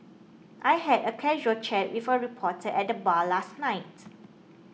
I had a casual chat with a reporter at the bar last night